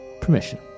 permission